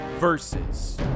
versus